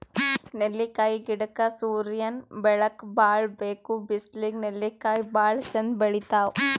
ನೆಲ್ಲಿಕಾಯಿ ಗಿಡಕ್ಕ್ ಸೂರ್ಯನ್ ಬೆಳಕ್ ಭಾಳ್ ಬೇಕ್ ಬಿಸ್ಲಿಗ್ ನೆಲ್ಲಿಕಾಯಿ ಭಾಳ್ ಚಂದ್ ಬೆಳಿತಾವ್